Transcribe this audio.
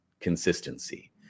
consistency